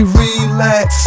relax